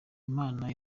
imana